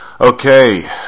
Okay